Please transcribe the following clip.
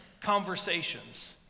conversations